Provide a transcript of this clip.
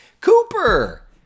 Cooper